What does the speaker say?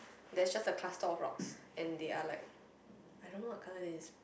there's just a cluster of rocks and they are like I don't know what colour it is